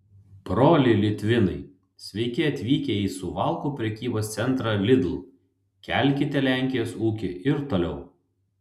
broliai litvinai sveiki atvykę į suvalkų prekybos centrą lidl kelkite lenkijos ūkį ir toliau